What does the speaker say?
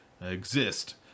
exist